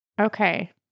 Okay